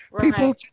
People